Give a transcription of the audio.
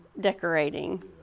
decorating